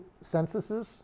censuses